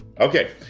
okay